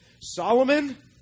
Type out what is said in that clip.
Solomon